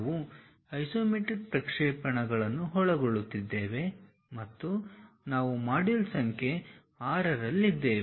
ನಾವು ಐಸೊಮೆಟ್ರಿಕ್ ಪ್ರಕ್ಷೇಪಣಗಳನ್ನು ಒಳಗೊಳ್ಳುತ್ತಿದ್ದೇವೆ ಮತ್ತು ನಾವು ಮಾಡ್ಯೂಲ್ ಸಂಖ್ಯೆ 6 ರಲ್ಲಿದ್ದೇವೆ